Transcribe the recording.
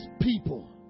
people